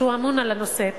שהוא אמון על הנושא,